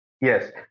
yes